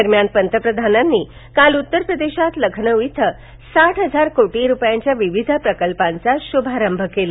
दरम्यान पंतप्रधानांनी काल उत्तरप्रदेशात लखानौ इथ साठ हजार कोटी रुपयांच्या विविध प्रकल्पांच शुभारंभ केला